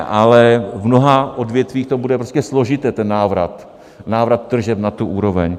Ale v mnoha odvětvích to bude prostě složité, ten návrat, návrat tržeb na tu úroveň.